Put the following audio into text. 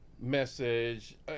message